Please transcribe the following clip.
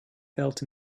felt